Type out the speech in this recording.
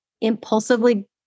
impulsively